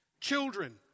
children